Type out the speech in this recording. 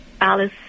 Alice